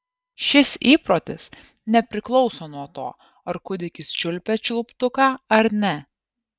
šis įprotis nepriklauso nuo to ar kūdikis čiulpia čiulptuką ar ne